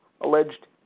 alleged